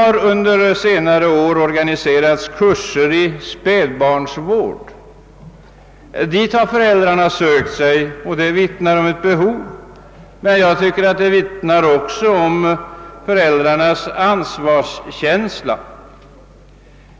Under senare ' år har kurser organiserats i spädbarnsvård. Dit har föräldrarna sökt sig, och det vittnar om ett betiov men också om ansvarskänsla.